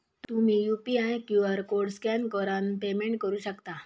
तुम्ही UPI QR code scan करान payment करू शकता